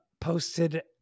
posted